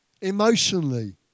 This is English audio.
emotionally